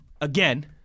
again